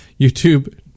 YouTube